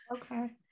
okay